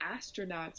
astronauts